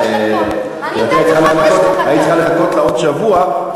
היית צריכה לחכות לו עוד שבוע,